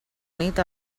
nit